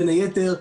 בין היתר,